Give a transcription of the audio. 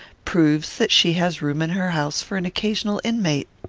proves that she has room in her house for an occasional inmate.